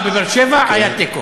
בבאר-שבע היה תיקו.